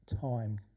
time